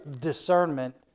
discernment